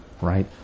Right